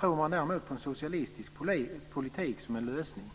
Tror man däremot på en socialistisk politik som en lösning